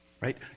Right